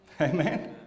Amen